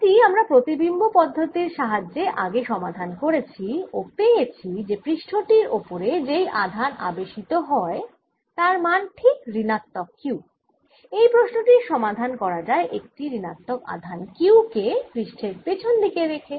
এটিই আমরা প্রতিবিম্ব পদ্ধতির সাহায্যে আগে সমাধান করেছি ও পেয়েছি যে পৃষ্ঠ টির ওপরে যেই আধান আবেশিত হয় তার মান ঠিক ঋণাত্মক Q এই প্রশ্ন টির সমাধান করা যায় একটি ঋণাত্মক আধান Q কে পৃষ্ঠের পেছন দিকে রেখে